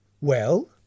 Well